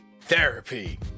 therapy